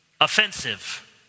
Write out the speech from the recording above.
offensive